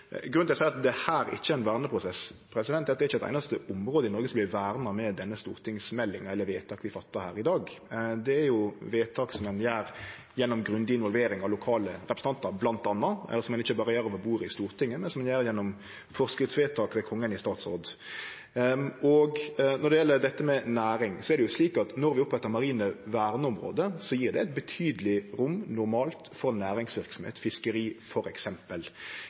til slutt. Grunnen til at eg seier at dette ikkje er ein verneprosess, er at det ikkje er eit einaste område i Noreg som vert verna med denne stortingsmeldinga eller med vedtak som vert gjorde her i dag. Det er vedtak som ein gjer gjennom grundig involvering av lokale representantar, bl.a., og som ein ikkje berre gjer over bordet i Stortinget, men som ein gjer gjennom forskriftsvedtak ved Kongen i statsråd. Når det gjeld dette med næring, er det slik at når vi opprettar marine verneområde, gjev det normalt eit betydeleg rom for næringsverksemd, f.eks. fiskeri.